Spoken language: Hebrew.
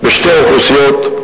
בשתי אוכלוסיות,